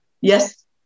Yes